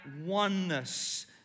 oneness